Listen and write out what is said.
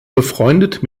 befreundet